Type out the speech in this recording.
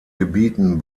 gebieten